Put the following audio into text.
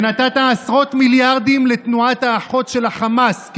ונתת עשרות מיליארדים לתנועה האחות של החמאס,